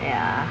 ya